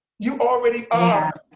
you already are.